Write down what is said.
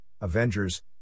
Avengers